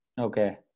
okay